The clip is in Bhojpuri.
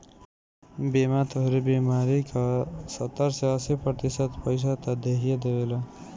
बीमा तोहरे बीमारी क सत्तर से अस्सी प्रतिशत पइसा त देहिए देवेला